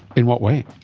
in what way?